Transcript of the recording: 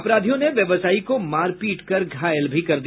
अपराधियों ने व्यावसायी को मारपीट कर घायल भी कर दिया